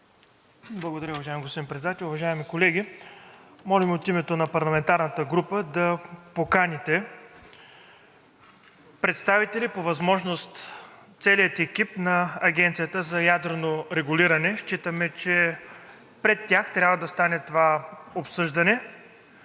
Благодаря, уважаеми господин Председател. Уважаеми колеги, молим от името на парламентарната група да поканите представители, по възможност – целия екип на Агенцията за ядрено регулиране. Считаме, че пред тях трябва да стане това обсъждане.